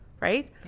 right